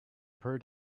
per